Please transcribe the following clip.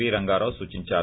వి రంగారావు సూచిందారు